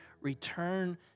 return